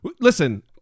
Listen